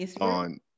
on